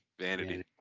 Vanity